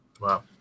Wow